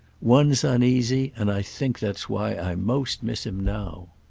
one's uneasy, and i think that's why i most miss him now.